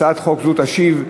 גם הצעת חוק זו תידון,